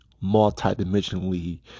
multi-dimensionally